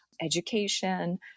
education